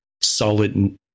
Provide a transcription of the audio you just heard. solid